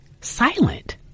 silent